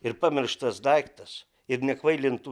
ir pamirštas daiktas ir nekvailintų